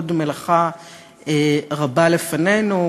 עוד מלאכה רבה לפנינו,